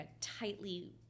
tightly